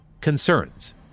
Concerns